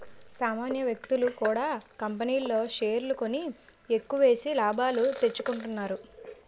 సామాన్య వ్యక్తులు కూడా కంపెనీల్లో షేర్లు కొని ఎక్కువేసి లాభాలు తెచ్చుకుంటున్నారు